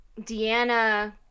Deanna